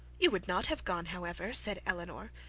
you would not have gone, however, said elinor,